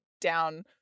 down